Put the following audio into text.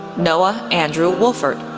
noah andrew wolfert,